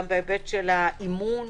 גם בהיבט של האימון,